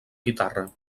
guitarra